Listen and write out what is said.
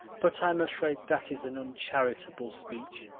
but i'm afraid that is an uncharitable speech.